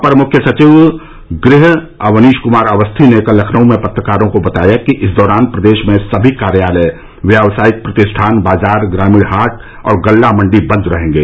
अपर मुख्य सचिव गृह अवनीश कुमार अवस्थी ने कल लखनऊ में पत्रकारों को बताया कि इस दौरान प्रदेश में सभी कार्यालय व्यावसायिक प्रतिष्ठान बाजार ग्रामीण हाट और गल्ला मण्डी बन्द रहेंगे